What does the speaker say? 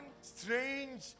strange